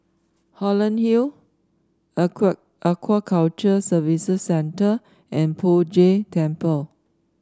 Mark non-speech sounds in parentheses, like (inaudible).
Holland Hill (unintelligible) Aquaculture Services Centre and Poh Jay Temple